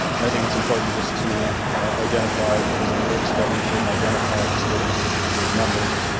and i think it's important just to identify because in the work study we didn't identify the school district. we gave numbers,